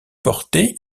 porter